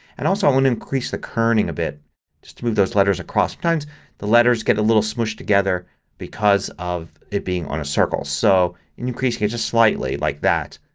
and also i want to increase the kerning a bit just to move those letters across. sometimes the letters get a little smushed together because of it being on a circle. so increasing it just slightly, like that,